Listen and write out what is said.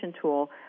tool